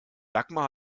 dagmar